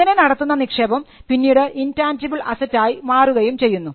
ഇങ്ങനെ നടത്തുന്ന നിക്ഷേപം പിന്നീട് ഇൻടാൻജിബിൾ അസ്സറ്റായി മാറുകയും ചെയ്യുന്നു